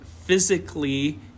physically